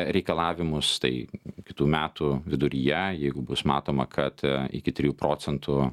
reikalavimus tai kitų metų viduryje jeigu bus matoma kad iki trijų procentų